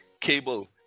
cable